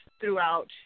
throughout